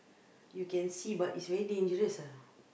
you can see but it's very dangerous ah